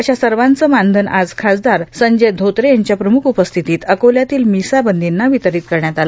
अशा सर्वाचे मानधन आज खासदार संजय धोत्रे यांच्या प्रमुख उपस्थितीत अकोल्यातील मिसाबंदींना वितरीत करण्यात आले